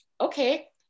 okay